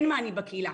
אין מענים בקהילה,